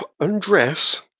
undress